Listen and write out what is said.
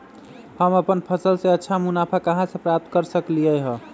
हम अपन फसल से अच्छा मुनाफा कहाँ से प्राप्त कर सकलियै ह?